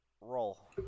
Roll